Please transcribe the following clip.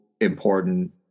important